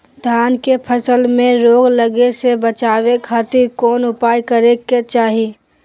धान के फसल में रोग लगे से बचावे खातिर कौन उपाय करे के चाही?